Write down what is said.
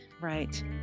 Right